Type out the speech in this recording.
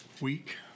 week